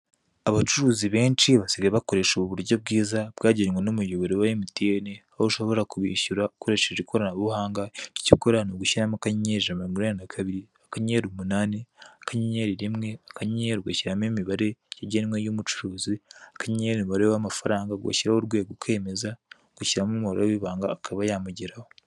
Abacuruzi benshi basigaye bakoresha ubu buryo bwiza bwagenwe n'umuyoboro wa emutiyeni, aho ushobora kubishyura ukoresheje ikoranabuhanga icyo ukora ni ugushyiramo akanyenyeri ijana na mirongo inani na kabiri akanyenyeri umunani akanyenyeri rimwe akanyenyeri ugashyiramo imibare yagenwe y'umucuruzi akanyenyeri umubare w'amafaranga ugashyiraho urwego ukemeza, ugashyiramo umubare w'ibanga akaba yamugeraho.